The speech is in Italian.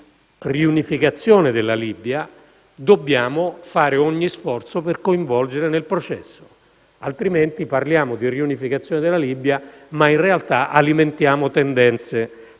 di riunificazione della Libia, dobbiamo fare ogni sforzo per coinvolgerle nel processo, altrimenti parliamo di riunificazione della Libia ma in realtà alimentiamo tendenze